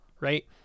right